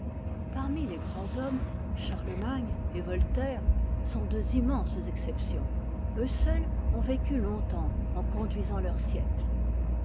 parmi les grands hommes charlemagne et voltaire sont deux immenses exceptions eux seuls ont vécu longtemps en conduisant leur siècle